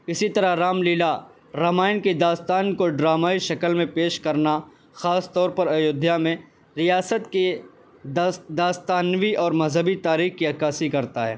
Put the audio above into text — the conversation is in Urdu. اسی طرح رام لیلا رامائن کی داستان کو ڈرامائی شکل میں پیش کرنا خاص طور پر ایودھیا میں ریاست کی دس داستانوی اور مذہبی تاریخ کی عکاسی کرتا ہے